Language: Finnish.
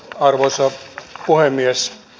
arvoisa puhemies